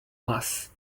mass